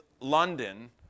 London